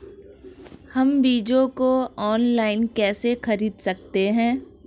हम बीजों को ऑनलाइन कैसे खरीद सकते हैं?